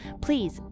Please